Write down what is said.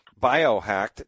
Biohacked